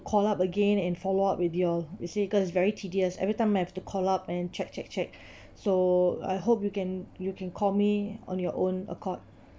call up again and follow up with y'all you see cause is very tedious every time I have to call up and check check check so I hope you can you can call me on your own accord